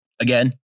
Again